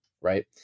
Right